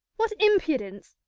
what impudence!